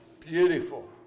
Beautiful